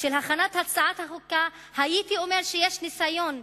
הכנת הצעת החוקה הייתי אומר שיש ניסיון,